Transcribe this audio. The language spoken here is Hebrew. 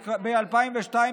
ב-2002,